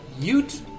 Ute